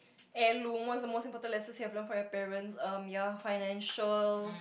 heirloom what's the most important lesson you have learnt from your parents um ya financial